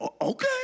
Okay